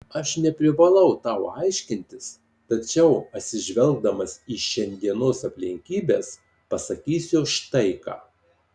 aš neprivalau tau aiškintis tačiau atsižvelgdamas į šiandienos aplinkybes pasakysiu štai ką